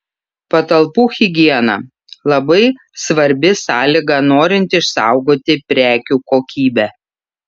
patalpų higiena labai svarbi sąlyga norint išsaugoti prekių kokybę